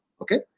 Okay